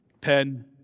pen